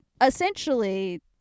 essentially